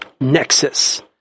nexus